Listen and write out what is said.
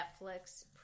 netflix